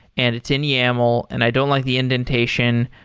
and it's in yaml and i don't like the indentation.